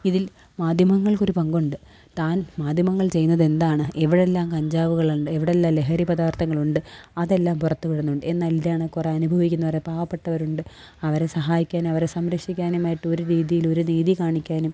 ഇതില് മാധ്യമങ്ങള്ക്ക് ഒരു പങ്ക് ഉണ്ട് താന് മാധ്യമങ്ങള് ചെയ്യുന്നത് എന്താണ് എവിടെല്ലാം കഞ്ചാവുകളുണ്ട് എവിടെല്ലാം ലഹരി പദാര്ത്ഥങ്ങളുണ്ട് അതെല്ലാം പുറത്ത് വിടുന്നുണ്ട് എന്നാല് എന്താണ് കുറെ അനുഭവിക്കുന്നവർ പാവപ്പെട്ടവരുണ്ട് അവരെ സഹായിക്കാന് അവരെ സംരക്ഷിക്കാനുമായിട്ട് ഒരു രീതിയില് ഒരു നീതി കാണിക്കാനും